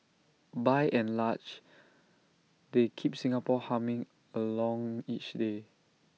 by and large they keep Singapore humming along each day